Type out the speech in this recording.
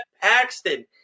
Paxton